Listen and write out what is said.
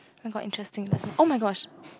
oh my god interesting lesson oh my gosh